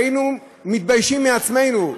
היינו מתביישים מעצמנו,